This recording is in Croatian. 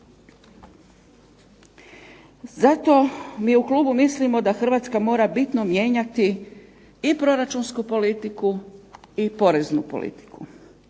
Zato mi u klubu mislimo da Hrvatska mora bitno mijenjati i proračunsku politiku i poreznu politiku.